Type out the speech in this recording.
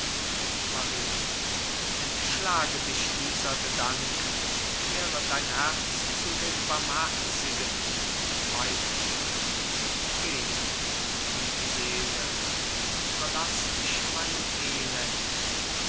maria entschlage dich dieser gedanken kehre dein herz zu dem barmherzigen weislingen geh liebe seele überlaß mich meinem elend